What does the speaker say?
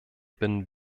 binnen